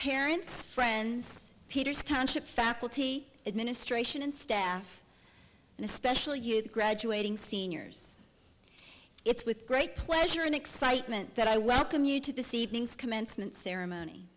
parents friends peters township faculty administration and staff and especially good graduating seniors it's with great pleasure and excitement that i welcome you to this evening's commencement ceremony